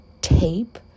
tape